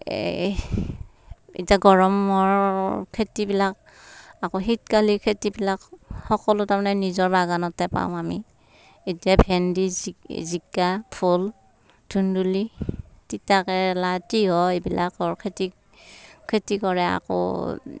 এতিয়া গৰমৰ খেতিবিলাক আকৌ শীতকালি খেতিবিলাক সকলো তাৰমানে নিজৰ বাগানতে পাওঁ আমি এতিয়া ভেন্দি জিকা ভোল ধুন্দুলি তিতা কেৰেলা তিয়ঁহ এইবিলাকৰ খেতি খেতি কৰে আকৌ